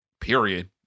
Period